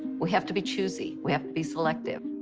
we have to be choosey we have to be selective.